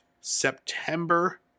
september